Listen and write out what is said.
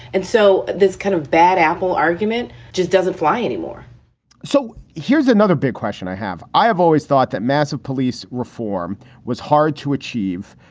and so this kind of bad apple argument just doesn't fly anymore so here's another big question i have. i have always thought that massive police reform was hard to achieve,